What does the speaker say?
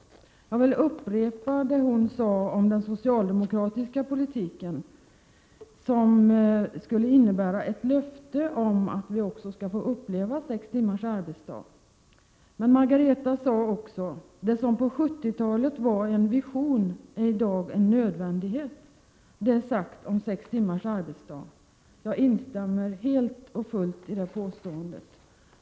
Jag vill upprepa vad hon sade om den socialdemokratiska politiken, nämligen att den innebär ett löfte om att vi också får uppleva sex timmars arbetsdag. Men Margareta Winberg sade också att det som på 70-talet var en vision i dag är en nödvändighet. Det är sagt om sex timmars arbetsdag. Jag instämmer helt och fullt i det påståendet.